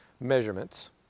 measurements